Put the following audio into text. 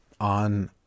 on